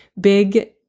big